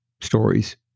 stories